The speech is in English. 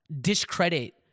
discredit